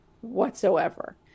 whatsoever